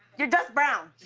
you're just brown.